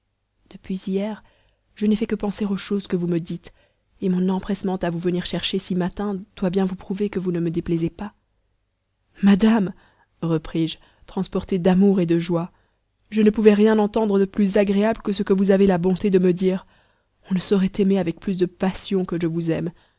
depuis hier je n'ai fait que penser aux choses que vous me dites et mon empressement à vous venir chercher si matin doit bien vous prouver que vous ne me déplaisez pas madame repris-je transporté d'amour et de joie je ne pouvais rien entendre de plus agréable que ce que vous avez la bonté de me dire on ne saurait aimer avec plus de passion que je vous aime